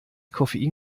koffein